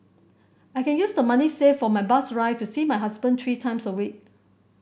i can use the money saved for my bus ride to see my husband three times a week